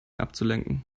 abzulenken